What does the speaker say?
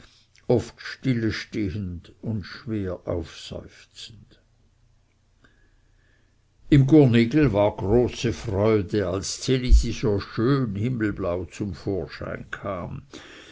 oft stillestehend und schwer aufseufzend im gurnigel war große freude als ds elisi so schön himmelblau zum vorschein kam